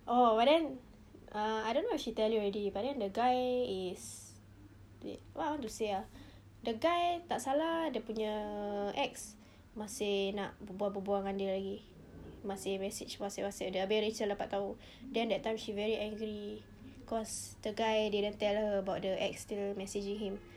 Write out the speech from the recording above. oh but then uh I don't know if she tell you already but then the guy is wait what I want to say ah the guy tak salah dia punya ex masih nak berbual-berbual dengan dia lagi masih message whatsapp whatsapp dia habis rachel dapat tahu then that time she very angry cause the guy didn't tell her about the ex still messaging him